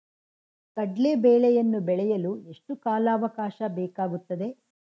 ಕಡ್ಲೆ ಬೇಳೆಯನ್ನು ಬೆಳೆಯಲು ಎಷ್ಟು ಕಾಲಾವಾಕಾಶ ಬೇಕಾಗುತ್ತದೆ?